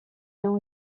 non